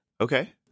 okay